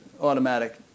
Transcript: automatic